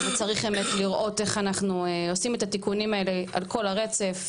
וצריך באמת לראות איך אנחנו עושים את התיקונים האלה על כל הרצף,